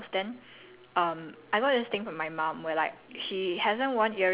okay in that sense I'm very blessed like um I'm not allergic to any metals then